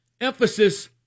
Emphasis